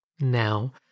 now